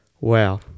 Wow